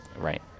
Right